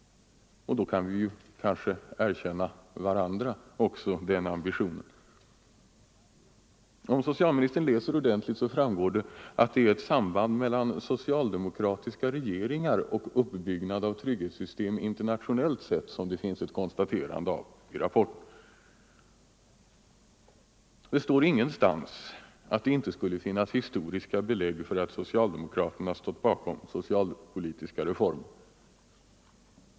Vi kan kanske då tillerkänna varandra den ambitionen! Om socialministern läser rapporten ordentligt skall han finna att det är ett samband mellan socialdemokratiska regeringar och uppbyggnad av trygghetssystem internationellt sett som det finns ett konstaterande av i rapporten. Det står ingenstans att det inte skulle finnas historiska belägg för att socialdemokraterna stått bakom socialpolitiska reformer.